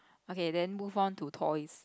okay then move on to toys